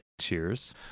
Cheers